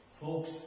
Folks